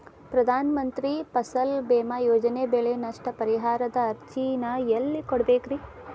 ಪ್ರಧಾನ ಮಂತ್ರಿ ಫಸಲ್ ಭೇಮಾ ಯೋಜನೆ ಬೆಳೆ ನಷ್ಟ ಪರಿಹಾರದ ಅರ್ಜಿನ ಎಲ್ಲೆ ಕೊಡ್ಬೇಕ್ರಿ?